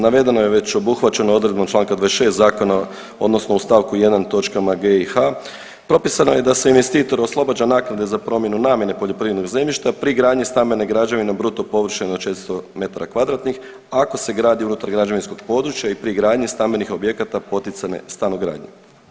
Navedeno je već obuhvaćeno odredbom čl. 26. zakona odnosno u st. 1. točkama g i h, propisano je da se investitor oslobađa naknade za promjenu namjene poljoprivrednog zemljišta pri gradnji stambene građevine bruto površine od 600 metara kvadratnih, ako se gradi unutar građevinskog područja i pri gradnji stambenih objekata poticane stanogradnje.